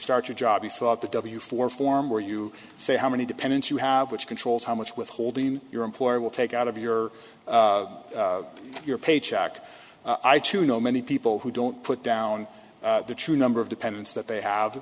start your job you thought the w four form where you say how many dependents you have which controls how much withholding your employer will take out of your your paycheck i too know many people who don't put down the true number of dependents that they have